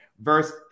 verse